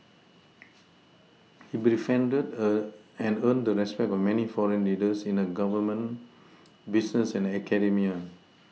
he befriended a and earned the respect of many foreign leaders in the Government business and academia